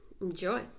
Enjoy